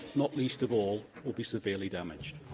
not least of all will be severely damaged.